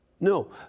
No